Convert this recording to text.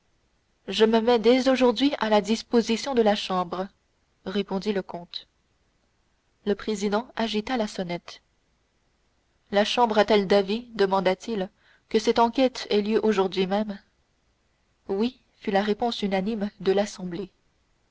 je me mets dès aujourd'hui à la disposition de la chambre répondit le comte le président agita la sonnette la chambre est-elle d'avis demanda-t-il que cette enquête ait lieu aujourd'hui même oui fut la réponse unanime de l'assemblée